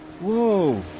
Whoa